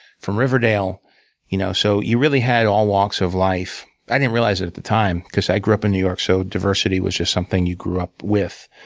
from riverdale you know so you really had all walks of life. i didn't realize it at the time, because i grew up in new york, so diversity was just something you grew up with,